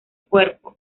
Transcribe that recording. cuerpo